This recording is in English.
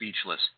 speechless